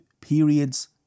periods